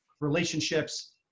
relationships